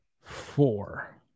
Four